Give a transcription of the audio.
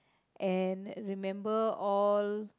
and remember all